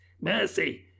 Mercy